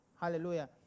hallelujah